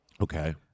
Okay